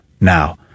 now